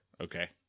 Okay